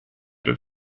but